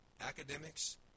academics